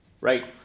right